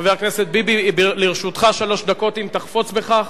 חבר הכנסת ביבי, לרשותך שלוש דקות, אם תחפוץ בכך.